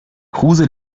kruse